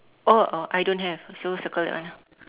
oh oh I don't have so circle that one ah